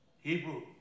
Hebrew